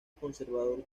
conservador